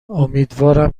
امیدوارم